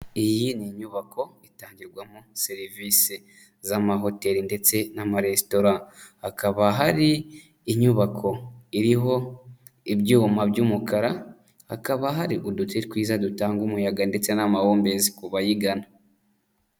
Iyi ni inyubako itangirwamo serivise z'amahoteli ndetse n'amaresitora, hakaba hari inyubako iriho ibyuma by'umukara hakaba hari uduti twiza dutanga umuyaga ndetse n'amahumbezi ku bayigana.